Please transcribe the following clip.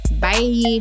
Bye